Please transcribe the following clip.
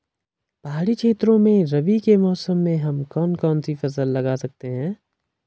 पहाड़ी क्षेत्रों में रबी के मौसम में हम कौन कौन सी फसल लगा सकते हैं?